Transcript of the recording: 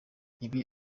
ibi